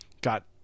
got